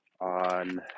on